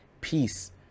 peace